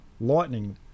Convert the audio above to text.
lightning